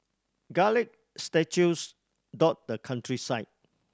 garlic statues dot the countryside